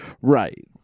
Right